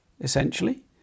essentially